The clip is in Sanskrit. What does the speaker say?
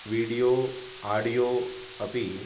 वीडियो आडियो अपि